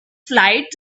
flight